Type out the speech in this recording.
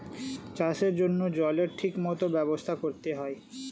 চাষের জন্য জলের ঠিক মত ব্যবস্থা করতে হয়